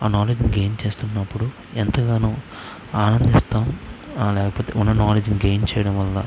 ఆ నాలెడ్జ్ను గైన్ చేస్తున్నపుడు ఎంతగానో ఆనందిస్తాం లేకపోతే ఉన్న నాలెడ్జ్ను గైన్ చేయటం వల్ల